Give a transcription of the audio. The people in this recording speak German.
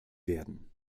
werden